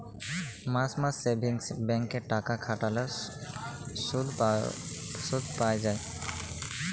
মাস মাস savings bank এ টাকা খাটাল্যে শুধ পাই যায়